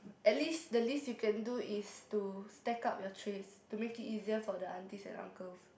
at least the least you can do is to stack up your trays to make it easier for the aunties and uncles